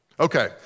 Okay